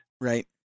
Right